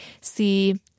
see